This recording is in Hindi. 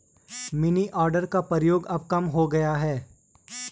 मनीआर्डर का प्रयोग अब कम हो गया है